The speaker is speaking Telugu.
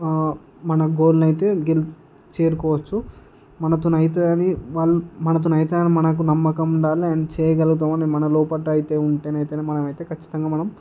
మన గోల్ నైతే చేరుకోవచ్చు మనతోని అయితదని వాళ్ళు మనతోని అవుతుందని మనకు నమ్మకం ఉండాలి అండ్ చేయగలుగుతాం అని మన లోపట అయితే ఉంటేనైతే మనంనైతే ఖచ్చితంగా మనం